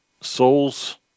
Souls